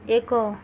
ଏକ